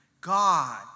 God